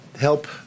help